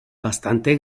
bastante